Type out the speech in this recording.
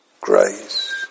grace